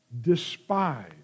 despise